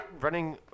running